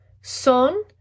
son